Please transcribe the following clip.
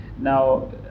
Now